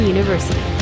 University